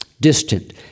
distant